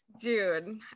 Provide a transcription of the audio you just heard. Dude